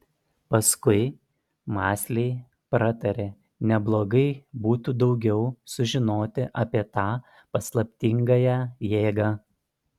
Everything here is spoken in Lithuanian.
paskui mąsliai pratarė neblogai būtų daugiau sužinoti apie tą paslaptingąją jėgą